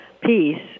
peace